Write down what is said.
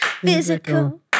physical